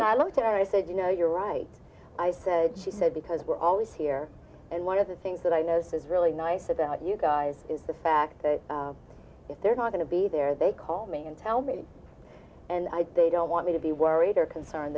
when i looked and i said you know you're right i said she said because we're always here and one of the things that i notice is really nice about you guys is the fact that if they're not going to be there they call me and tell me and i'd they don't want me to be worried or concerned